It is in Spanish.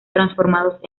transformados